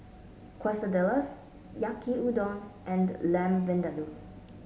Quesadillas Yaki Udon and Lamb Vindaloo